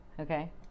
Okay